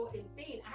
insane